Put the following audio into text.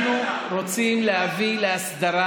אנחנו רוצים להביא להסדרה